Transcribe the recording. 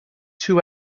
two